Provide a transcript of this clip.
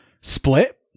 Split